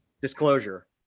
Disclosure